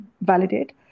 validate